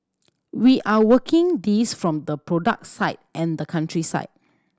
we are working this from the product side and the country side